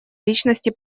личности